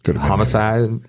homicide